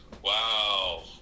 Wow